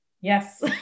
yes